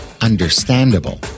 understandable